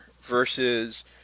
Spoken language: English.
versus